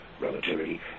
Relativity